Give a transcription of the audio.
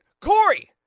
Corey